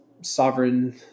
sovereign